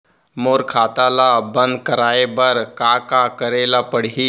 मोर खाता ल बन्द कराये बर का का करे ल पड़ही?